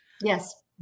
Yes